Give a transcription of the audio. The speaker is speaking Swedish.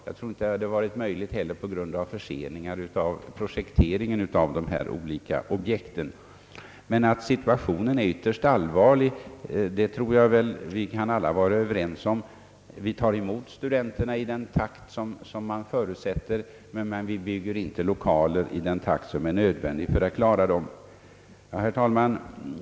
Det hade förmodligen, på grund av förseningar av projekteringen av de olika objekten, inte varit möjligt annars heller. Men situationen är ytterst allvarlig, det tror jag vi alla kan vara överens om. Vi tar emot studenterna i den takt som förutsättes, men vi bygger inte lokaler i den takt som är nödvändig. Herr talman!